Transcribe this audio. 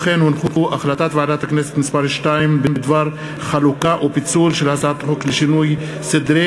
החלטת ועדת הכנסת מס' 2 בדבר חלוקה ופיצול של הצעת חוק לשינוי סדרי